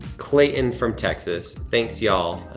clayton from texas, thanks, y'all.